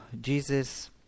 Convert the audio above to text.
Jesus